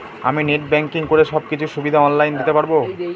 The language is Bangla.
আমি নেট ব্যাংকিং করে সব কিছু সুবিধা অন লাইন দিতে পারবো?